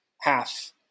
half